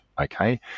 Okay